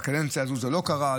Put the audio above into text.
בקדנציה הזאת זה לא קרה,